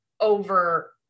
over